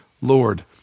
Lord